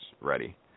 ready